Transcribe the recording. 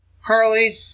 Harley